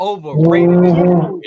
Overrated